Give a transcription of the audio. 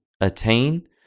attain